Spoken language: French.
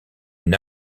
une